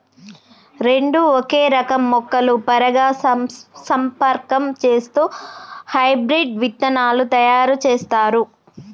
రెండు ఒకే రకం మొక్కలు పరాగసంపర్కం చేస్తూ హైబ్రిడ్ విత్తనాలు తయారు చేస్తారు